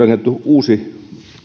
uusi